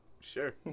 Sure